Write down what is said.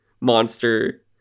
monster